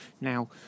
now